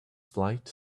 flight